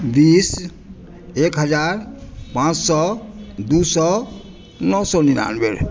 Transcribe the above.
बीस एक हज़ार पाँच सए दू सए नओ सए निनाबे